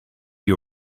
you